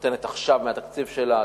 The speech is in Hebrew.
ונותנת עכשיו מהתקציב שלה,